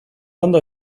ondo